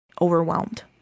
overwhelmed